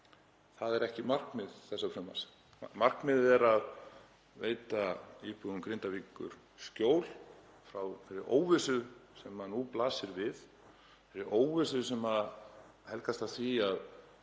Það er ekki markmið þessa frumvarps. Markmiðið er að veita íbúum Grindavíkur skjól frá þeirri óvissu sem nú blasir við, þeirri óvissu sem helgast af því að